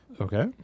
Okay